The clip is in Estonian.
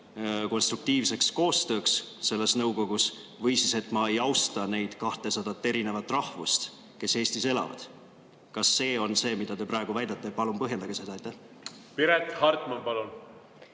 konstruktiivseks koostööks selles nõukogus või et ma ei austa neid 200 erinevast rahvusest [inimesi], kes Eestis elavad. Kas see on see, mida te praegu väidate? Palun põhjendage seda. Piret Hartman, palun!